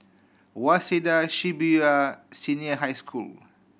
Waseda Shibuya Senior High School